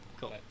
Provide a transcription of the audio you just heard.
cool